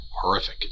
horrific